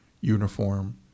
uniform